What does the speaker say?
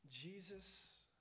Jesus